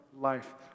life